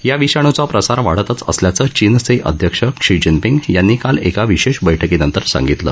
या विषाणूचा प्रसार वाढतच असल्याचं चीनचे अध्यक्ष झी जिनपिंग यांनी काल एका विशेष बठ्कीनंतर सांगितलं